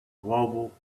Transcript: global